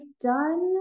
done